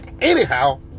Anyhow